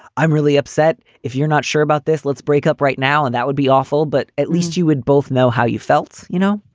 i'm really upset. if you're not sure about this, let's break up right now. and that would be awful. but at least you would both know how you felt. you know,